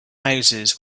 houses